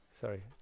Sorry